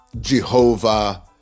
Jehovah